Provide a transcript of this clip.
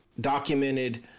documented